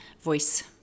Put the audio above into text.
voice